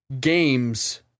Games